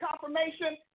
confirmation